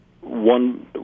one